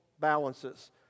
balances